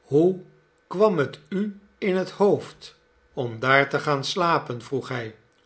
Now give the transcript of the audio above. hoe kwam het u in het hoofd om daar te gaan slapen vroeg hij